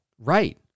right